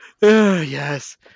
yes